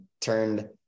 turned